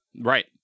Right